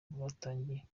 rwatangiye